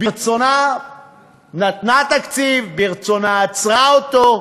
ברצונה נתנה תקציב, ברצונה עצרה אותו,